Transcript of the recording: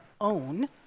own